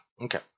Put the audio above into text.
Okay